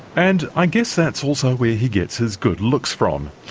and i guess that's also where he gets his good looks from.